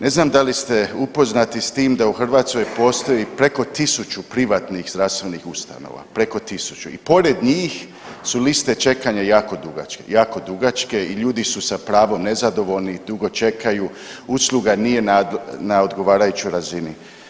Ne znam da li ste upoznati s tim da u Hrvatskoj postoji preko tisuću privatnih zdravstvenih ustanova, preko tisuću i pored njih su liste čekanja jako dugačke, jako dugačke i ljudi su sa pravom nezadovoljni dugo čekaju, usluga nije na odgovarajućoj razini.